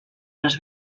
les